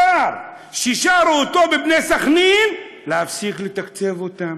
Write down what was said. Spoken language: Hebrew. נזכר ששרו אותו ב"בני סח'נין" להפסיק לתקצב אותם.